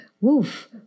woof